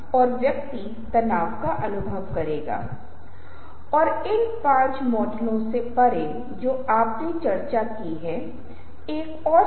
यह एक रवैया नहीं है यह एक रवैया है लेकिन यह अनुनय के दृष्टिकोण से है एक बहुत महत्वपूर्ण रवैया नहीं हो सकता है